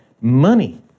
money